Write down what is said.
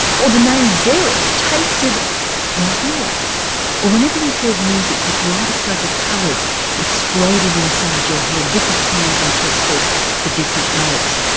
or the name derek tasted like earwax? or whenever you heard music, a kaleidoscope of colours exploded inside your head different tones and textures for different notes.